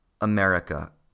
America